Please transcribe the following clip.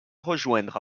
rejoindre